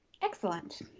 Excellent